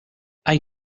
hay